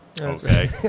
Okay